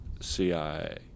CIA